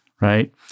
right